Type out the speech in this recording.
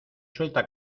suelta